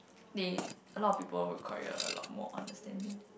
they a lot people who require a lot more understanding